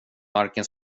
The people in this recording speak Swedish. marken